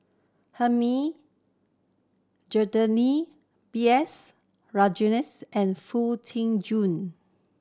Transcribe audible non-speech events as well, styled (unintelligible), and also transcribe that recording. Hilmi (unintelligible) B S Rajhans and Foo Tee June